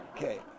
Okay